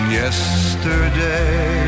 yesterday